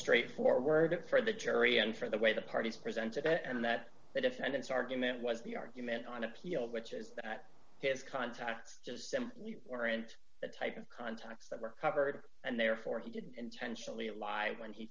straightforward for the jury and for the way the parties presented it and that the defendant's argument was the argument on appeal which is that his contacts just simply weren't the type of contacts that were covered and therefore he didn't intentionally lie when he